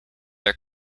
are